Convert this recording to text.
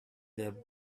their